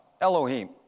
Elohim